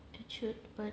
it should but